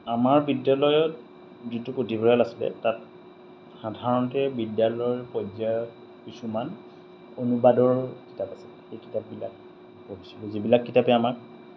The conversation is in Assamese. আমাৰ বিদ্যালয়ত যিটো পুথিভঁৰাল আছিলে তাত সাধাৰণতে বিদ্যালয়ৰ পৰ্য্য়ায়ত কিছুমান অনুবাদৰ কিতাপ আছিল সেই কিতাপবিলাক পঢ়িছিলো যিবিলাক কিতাপেই আমাক